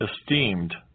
esteemed